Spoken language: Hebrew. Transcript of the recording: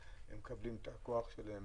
והן מקבלות את הכוח שלהן